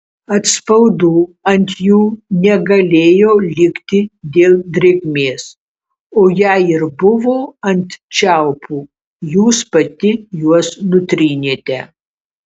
atspaudų ant jų negalėjo likti dėl drėgmės o jei ir buvo ant čiaupų jūs pati juos nutrynėte